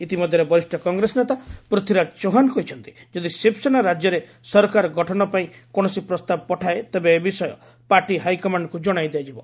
ଇତିମଧ୍ୟରେ ବରିଷ୍ଣ କଂଗ୍ରେସ ନେତା ପୃଥ୍ୱୀରାଜ ଚୌହାନ୍ କହିଛନ୍ତି ଯଦି ଶିବସେନା ରାଜ୍ୟରେ ସରକାର ଗଠନ ପାଇଁ କୌଣସି ପ୍ରସ୍ତାବ ପଠାଏ ତେବେ ଏ ବିଷୟ ପାର୍ଟି ହାଇକମାଣ୍ଡଙ୍କ ଜଣାଇ ଦିଆଯିବ